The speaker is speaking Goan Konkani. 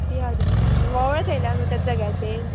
ती हाडुना आमी वोंवळां थेयल्या न्हू तेज्या जाग्याचेर